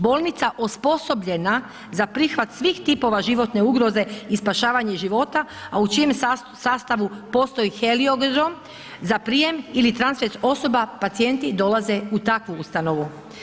Bolnica osposobljena za prihvat svih tipova životne ugroze i spašavanje života, a u čijem sastavu postoji heliodrom za prijem ili transfer osoba, pacijenti dolaze u takvu ustanovu.